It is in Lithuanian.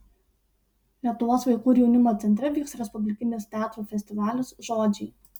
lietuvos vaikų ir jaunimo centre vyks respublikinis teatrų festivalis žodžiai